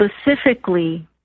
specifically